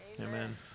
Amen